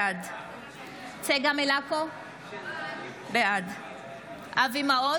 בעד צגה מלקו, בעד אבי מעוז,